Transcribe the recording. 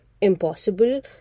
impossible